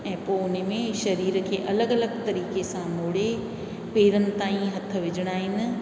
पोइ उन में शरीर खे अलॻि अलॻि तरीक़े सां मोड़े पेरनि ताईं हथ विझिणा आहिनि